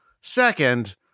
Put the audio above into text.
second